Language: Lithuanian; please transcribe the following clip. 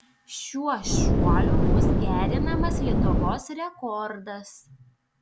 šiuo šuoliu bus gerinamas lietuvos rekordas